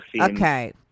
Okay